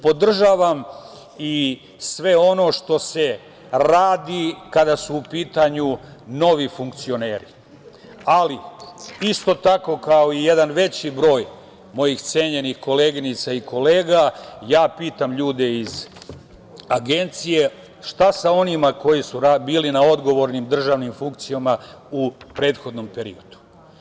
Podržavam i sve ono što se radi kada su u pitanju novi funkcioneri, ali isto tako, kao i jedan veći broj mojih cenjenih koleginica i kolega, ja pitam ljude iz Agencije – šta je sa onima koji su bili na odgovornim državnim funkcijama u prethodnom periodu?